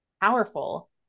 powerful